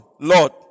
Lord